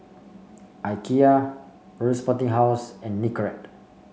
Ikea Royal Sporting House and Nicorette